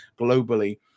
globally